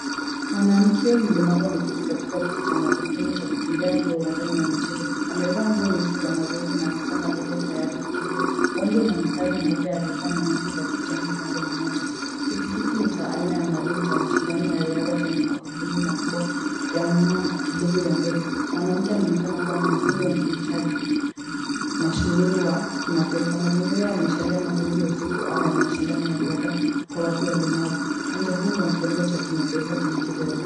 Mwanamke mlemavu ameketi katika kiti cha magurudumu cha kukumbia akiwa uwanjani wa michezo. Amevaa nguo nyeusi za mazoezi na misonga mbele tayari kukumbia. Uwanja una mistari mieupe ye ridhaa na nyasi za kijani kwenye upande mmoja. Kiti hiki ni aina ya Malung cha mashindano ya riadha yenye magurudumu makubwa ya nyuma na kidogo ya mbele. Mwanamke anaonekana kua mwanafunzi wa mkimbishaji mashuhuri wa kimataifa. Mazingira yana ashiria mazoezi ya usiku au ya mashindano ya riadha kwa watu walemavu. Uwanja huu ni wa kiwango cha kimataifa.